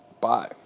bye